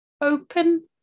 open